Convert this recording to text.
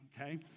okay